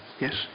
Yes